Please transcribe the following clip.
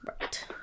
Right